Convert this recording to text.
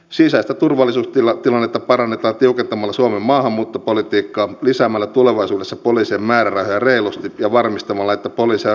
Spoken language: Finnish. sisäistä turvallisuustilannetta parannetaan tiukentamalla suomen maahanmuuttopolitiikkaa lisäämällä tulevaisuudessa poliisien määrärahoja reilusti ja varmistamalla että poliiseja on riittävästi kenttätyössä